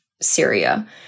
Syria